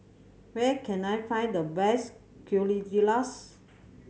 where can I find the best Quesadillas